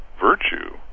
virtue